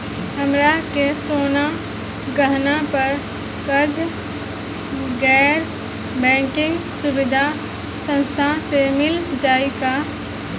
हमरा के सोना गहना पर कर्जा गैर बैंकिंग सुविधा संस्था से मिल जाई का?